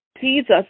Jesus